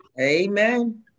Amen